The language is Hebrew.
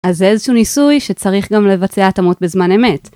אז זה איזשהו ניסוי שצריך גם לבצע את התאמות בזמן אמת.